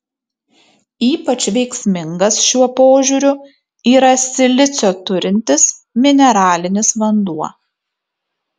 ypač veiksmingas šiuo požiūriu yra silicio turintis mineralinis vanduo